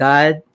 God